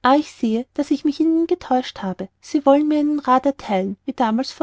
ah ich sehe daß ich mich in ihnen nicht getäuscht habe sie wollen mir einen rath ertheilen wie damals